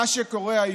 מה שקורה היום,